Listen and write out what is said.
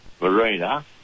marina